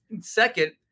Second